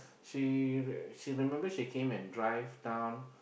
she she remember she came and drive down